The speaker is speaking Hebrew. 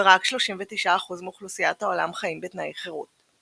ורק 39% מאוכלוסיית העולם חיים בתנאי חירות.